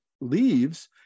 leaves